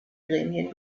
gremien